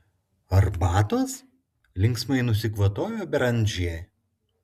arbatos linksmai nusikvatojo beranžė